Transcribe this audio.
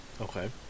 Okay